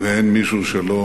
ואין מישהו שלא